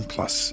Plus